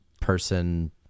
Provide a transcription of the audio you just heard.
person